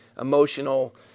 emotional